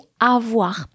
avoir